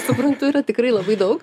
suprantu yra tikrai labai daug